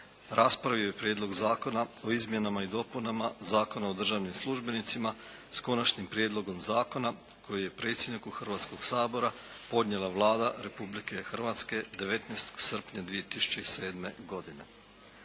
raspravio je Prijedlog zakona o izmjenama i dopunama Zakona o državnim službenicima s konačnim prijedlogom zakona koji je predsjedniku Hrvatskog sabora podnijela Vlada Republike Hrvatske 19. srpnja 2007. godine.